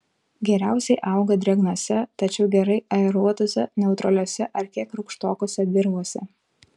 geriausiai auga drėgnose tačiau gerai aeruotose neutraliose ar kiek rūgštokose dirvose